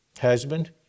husband